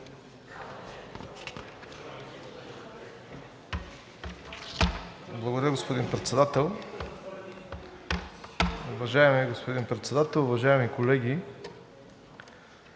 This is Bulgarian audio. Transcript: Благодаря, господин Председател. Уважаеми господин Председател, уважаеми колеги!